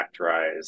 factorize